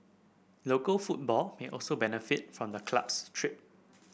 local football may also benefit from the club's trip